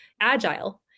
agile